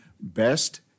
best